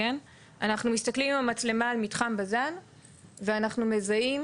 אנחנו מסתכלים עם המצלמה עם מתחם בז"ן ואנחנו מזהים